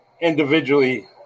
individually